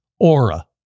Aura